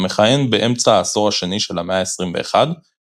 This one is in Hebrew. המכהן באמצע העשור השני של המאה ה-21 כדקאן